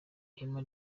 ihema